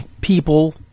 people